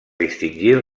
distingir